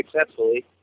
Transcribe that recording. successfully